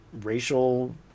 racial